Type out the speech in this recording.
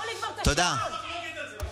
המציאו מושג חדש.